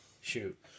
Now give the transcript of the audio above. Shoot